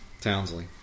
Townsley